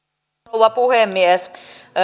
rouva puhemies